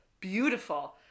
beautiful